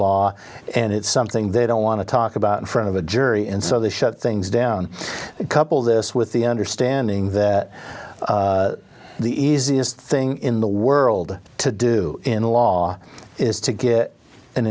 law and it's something they don't want to talk about in front of a jury and so they shut things down couple this with the understanding that the easiest thing in the world to do in law is to get an